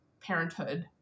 parenthood